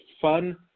fun